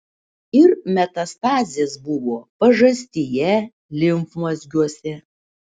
ir metastazės buvo pažastyje limfmazgiuose